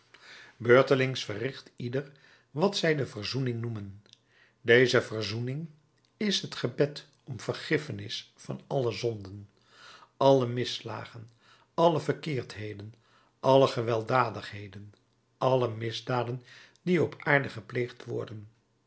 beurtelings verricht ieder wat zij de verzoening noemen deze verzoening is het gebed om vergiffenis van alle zonden alle misslagen alle verkeerdheden alle gewelddadigheden alle misdaden die op aarde gepleegd worden